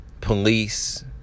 police